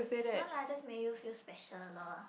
no lah just make you feel special lor